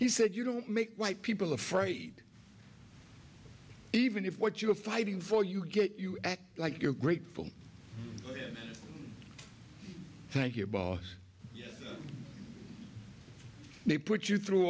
he said you don't make white people afraid even if what you're fighting for you get you act like you're grateful thank you ball they put you through